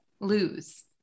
lose